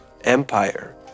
Empire